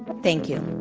but thank you.